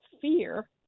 fear